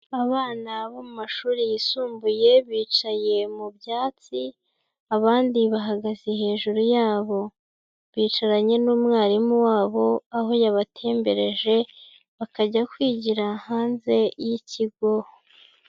Abana bo mu mashuri yisumbuye bicaye mu byatsi, abandi bahagaze hejuru yabo. Bicaranye n'umwarimu wabo, aho yabatembereje, bakajya kwigira hanze y'ikigo.